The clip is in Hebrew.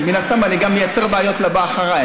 מן הסתם אני גם מייצר בעיות לבא אחריי.